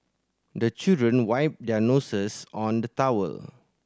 the children wipe their noses on the towel